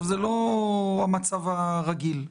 זה לא המצב הרגיל.